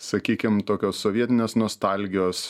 sakykim tokios sovietinės nostalgijos